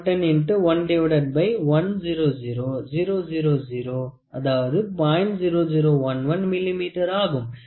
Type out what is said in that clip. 0011 மில்லிமீட்டராகும்